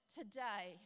today